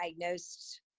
diagnosed